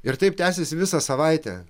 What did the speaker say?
ir taip tęsiasi visą savaitę